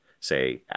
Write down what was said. say